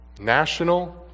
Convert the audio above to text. national